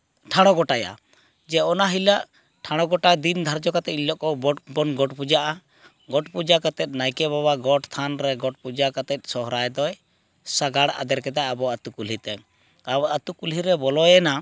ᱴᱷᱟᱲᱚ ᱜᱚᱴᱟᱭᱟ ᱡᱮ ᱚᱱᱟ ᱦᱤᱞᱳᱜ ᱴᱷᱟᱲᱚ ᱜᱚᱴᱟ ᱫᱤᱱ ᱫᱷᱟᱨᱡᱚ ᱠᱟᱛᱮᱫ ᱮᱱᱦᱤᱞᱳᱜ ᱠᱚ ᱜᱚᱴ ᱵᱚᱱ ᱜᱚᱴ ᱯᱩᱡᱟᱜᱼᱟ ᱜᱚᱴ ᱯᱩᱡᱟ ᱠᱟᱛᱮᱫ ᱱᱟᱭᱠᱮ ᱵᱟᱵᱟ ᱜᱚᱴ ᱛᱷᱟᱱ ᱨᱮ ᱜᱚᱴ ᱯᱩᱡᱟᱹ ᱠᱟᱛᱮᱫ ᱥᱚᱦᱚᱨᱟᱭ ᱫᱚᱭ ᱥᱟᱜᱟᱲ ᱟᱫᱮᱨ ᱠᱮᱫᱟ ᱟᱵᱚ ᱟᱛᱩ ᱠᱩᱞᱦᱤᱛᱮ ᱟᱨ ᱟᱛᱩ ᱠᱩᱞᱦᱤ ᱨᱮ ᱵᱚᱞᱚᱭᱮᱱᱟ